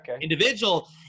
individual